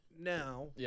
now